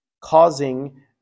causing